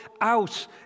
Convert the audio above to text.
out